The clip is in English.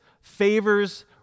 favors